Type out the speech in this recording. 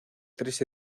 tres